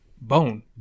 Bone